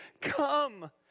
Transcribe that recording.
come